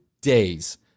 days